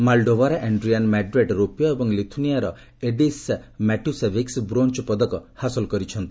ମାଲ୍ଡୋଭାର Andrian Mardare ରୌପ୍ୟ ଏବଂ ଲିଥୁଆନିଆର ଏଡିସ୍ ମାଟ୍ୟୁସେଭିକ୍ସ ବ୍ରୋଞ୍ଜ ପଦକ ହାସଲ କରିଛନ୍ତି